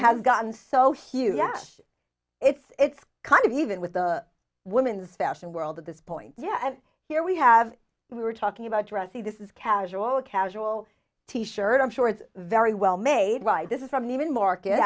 has gotten so huge gash it's kind of even with the women's fashion world at this point yeah here we have we were talking about dressy this is casual a casual t shirt i'm sure it's very well made right this is from an even market